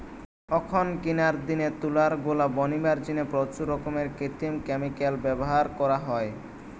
অখনকিরার দিনে তুলার গোলা বনিবার জিনে প্রচুর রকমের কৃত্রিম ক্যামিকাল ব্যভার করা হয়